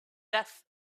death